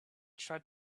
tried